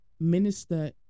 Minister